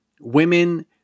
women